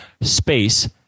space